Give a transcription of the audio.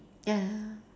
ya